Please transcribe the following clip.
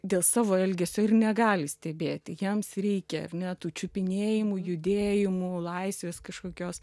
dėl savo elgesio ir negali stebėti jiems reikia ar ne tų čiupinėjimų judėjimų laisvės kažkokios